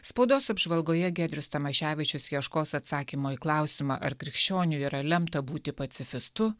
spaudos apžvalgoje giedrius tamaševičius ieškos atsakymo į klausimą ar krikščioniui yra lemta būti pacifistu